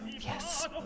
Yes